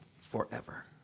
forever